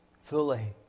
fully